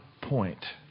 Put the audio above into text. point